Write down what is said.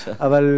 בבקשה.